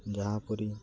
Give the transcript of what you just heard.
ଯାହାପରି